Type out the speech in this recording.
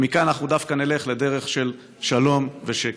ומכאן אנחנו דווקא נלך לדרך של שלום ושקט.